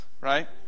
Right